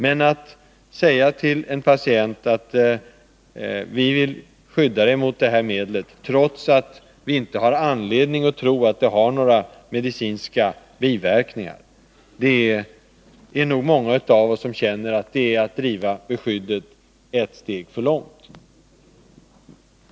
Men det går inte i längden att skydda människor mot naturmedel som vi inte tror har några medicinska biverkningar och som de själva vill ha. Det är att driva beskyddandet ett steg för långt.